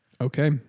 Okay